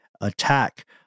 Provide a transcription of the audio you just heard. attack